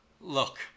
look